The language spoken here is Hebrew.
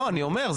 לא אני אומר,